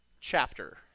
chapter